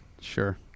Sure